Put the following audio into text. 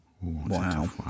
Wow